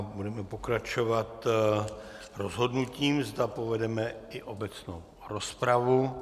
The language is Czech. Budeme pokračovat rozhodnutím, zda povedeme i obecnou rozpravu.